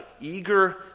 eager